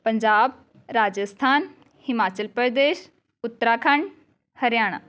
Punjab Rajasthan Himachal Pradesh Uttarakhand Haryana